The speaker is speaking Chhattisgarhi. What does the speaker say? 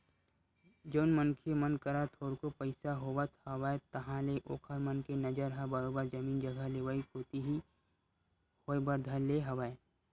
जउन मनखे मन करा थोरको पइसा होवत हवय ताहले ओखर मन के नजर ह बरोबर जमीन जघा लेवई कोती ही होय बर धर ले हवय